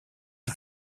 est